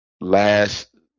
last